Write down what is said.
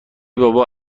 بابا